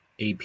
AP